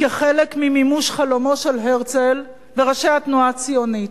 כחלק ממימוש החלום של הרצל וראשי התנועה הציונית,